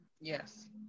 Yes